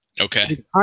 Okay